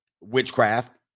witchcraft